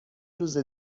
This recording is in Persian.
روز